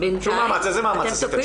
איזה מאמץ עשיתם?